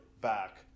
back